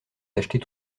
d’acheter